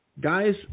guys